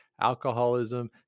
alcoholism